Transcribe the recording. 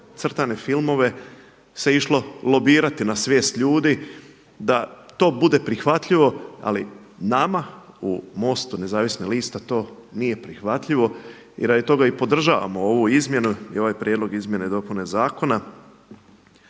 crtane filmove se išlo lobirati na svijest ljudi da to bude prihvatljivo. Ali nama u MOST-u Nezavisnih lista to nije prihvatljivo. I radi toga i podržavamo ovu izmjenu i ovaj prijedlog Izmjene i dopune zakona.